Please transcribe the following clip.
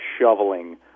shoveling